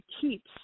keeps